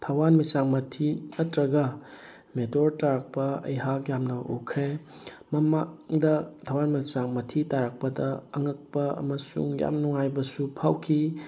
ꯊꯋꯥꯟꯃꯤꯆꯥꯛ ꯃꯊꯤ ꯅꯠꯇ꯭ꯔꯒ ꯃꯦꯇꯣꯔ ꯇꯥꯔꯛꯄ ꯑꯩꯍꯥꯛ ꯌꯥꯝꯅ ꯎꯈ꯭ꯔꯦ ꯃꯃꯥꯡꯗ ꯊꯋꯥꯟꯃꯤꯆꯥꯛ ꯃꯊꯤ ꯇꯔꯛꯄꯗ ꯑꯉꯛꯄ ꯑꯃꯁꯨꯡ ꯌꯥꯝ ꯅꯨꯡꯉꯥꯏꯕꯁꯨ ꯐꯥꯎꯈꯤ